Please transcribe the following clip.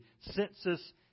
census